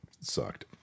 sucked